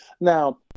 Now